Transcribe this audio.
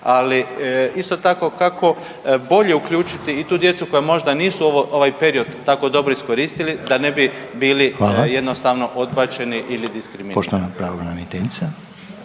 ali isto tako kako bolje uključiti i tu djecu koja možda nisu ovo, ovaj period tako dobro iskoristili da ne bi bili jednostavno …/Upadica: